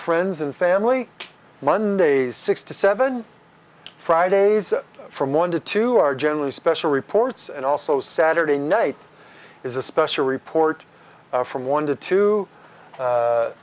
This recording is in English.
friends and family monday's six to seven fridays from one to two are generally special reports and also saturday night is a special report from one to two